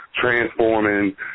transforming